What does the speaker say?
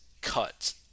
cut